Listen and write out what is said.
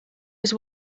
was